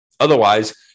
Otherwise